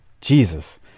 Jesus